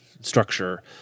structure